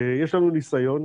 יש לנו ניסיון,